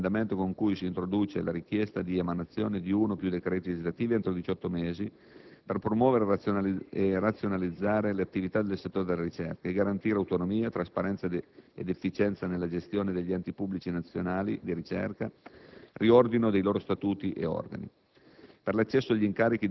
Altrettanto importante è l'emendamento con cui si introduce la richiesta di emanazione di uno o più decreti legislativi entro diciotto mesi per promuovere e razionalizzare le attività nel settore della ricerca e garantire autonomia, trasparenza ed efficienza nella gestione degli enti pubblici nazionali di ricerca, riordinando i loro statuti e organi.